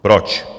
Proč?